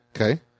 Okay